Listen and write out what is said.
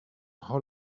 how